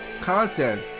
content